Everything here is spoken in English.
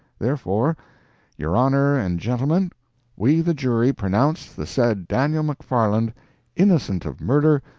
therefore your honor and gentlemen we the jury pronounce the said daniel mcfarland innocent of murder,